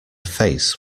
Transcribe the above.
face